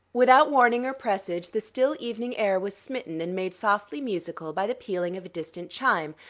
without warning or presage the still evening air was smitten and made softly musical by the pealing of a distant chime,